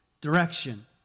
direction